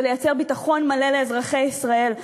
ולייצר ביטחון מלא לאזרחי ישראל,